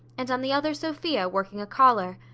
and on the other sophia, working a collar.